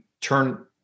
turn